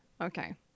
Okay